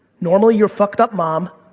normally, your fucked up mom,